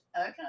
Okay